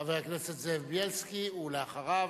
חבר הכנסת זאב בילסקי, ואחריו,